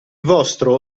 vostro